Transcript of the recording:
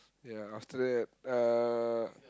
ya after that uh